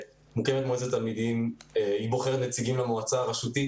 מוקמת מועצת תלמידים והיא בוחרת נציגים למועצה הרשותית,